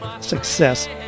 success